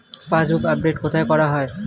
Passbook update কোথায় করা হয়?